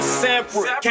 separate